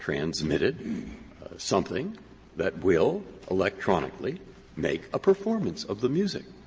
transmitted something that will electronically make a performance of the music.